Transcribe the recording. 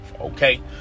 okay